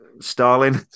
Stalin